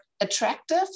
attractive